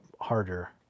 harder